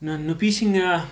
ꯅ ꯅꯨꯄꯤꯁꯤꯡꯅ